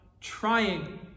trying